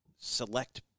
select